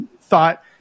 thought